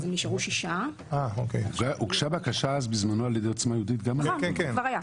נשארו 6. הוגשה בקשה בזמנו על-ידי עוצמה יהודית --- כבר היה.